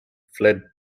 fled